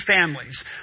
families